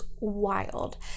wild